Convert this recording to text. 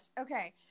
Okay